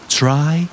try